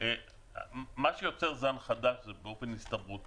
מה שיוצר זן חדש זה באופן הסתברותי